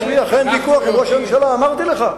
יש לי אכן ויכוח עם ראש הממשלה, אמרתי לך.